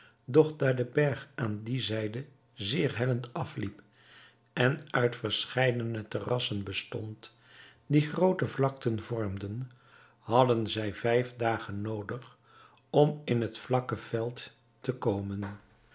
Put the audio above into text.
daar de berg aan die zijde zeer hellend afliep en uit verscheidene terrassen bestond die groote vlakten vormden hadden zij vijf dagen noodig om in het vlakke veld te komen